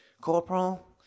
Corporal